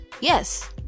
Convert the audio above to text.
Yes